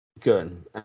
Good